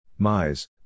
Mize